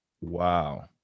Wow